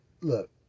look